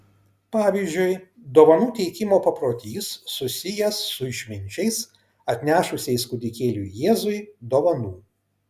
pavyzdžiui dovanų teikimo paprotys susijęs su išminčiais atnešusiais kūdikėliui jėzui dovanų